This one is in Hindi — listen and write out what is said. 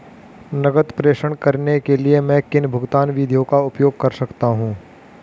नकद प्रेषण करने के लिए मैं किन भुगतान विधियों का उपयोग कर सकता हूँ?